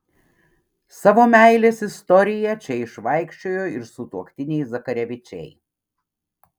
savo meilės istoriją čia išvaikščiojo ir sutuoktiniai zakarevičiai